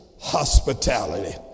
hospitality